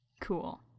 Cool